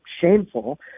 shameful